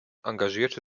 engagierte